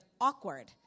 awkward